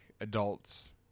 adults